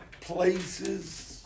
places